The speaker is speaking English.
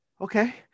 okay